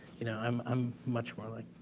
you know, i'm i'm much more like